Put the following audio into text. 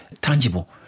tangible